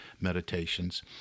meditations